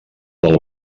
del